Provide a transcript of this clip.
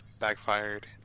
backfired